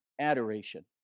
adoration